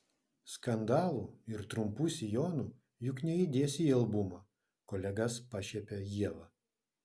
skandalų ir trumpų sijonų juk neįdėsi į albumą kolegas pašiepia ieva